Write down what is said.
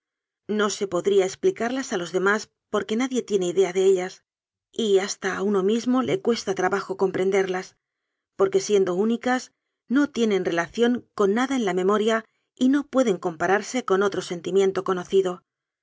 no se podría expli carlas a los demás porque nadie tiene idea de lias y hasta a uno mismo le cuesta trabajo com prenderlas porque siendo únicas no tienen rela ción con nada en la memoria y no pueden compa rarse con otro sentimiento conocido